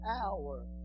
hour